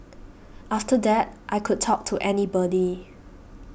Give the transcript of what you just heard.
after that I could talk to anybody